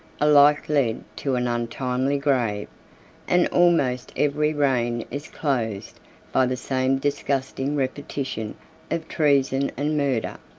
alike led to an untimely grave and almost every reign is closed by the same disgusting repetition of treason and murder.